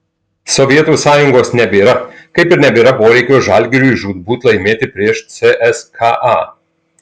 sovietų sąjungos nebėra kaip ir nebėra poreikio žalgiriui žūtbūt laimėti prieš cska